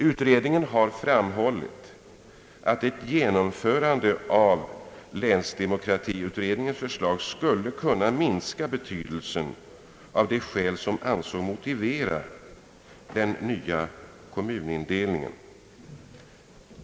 Utredningen har framhållit att ett genomförande av länsdemokratiutredningens förslag skulle kunna minska betydelsen av de skäl som ansågs motivera en ny kommunindelning.